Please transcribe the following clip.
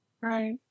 Right